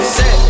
set